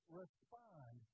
respond